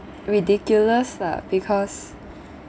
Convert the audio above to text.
ridiculous lah because